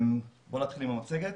בואו נתחיל עם המצגת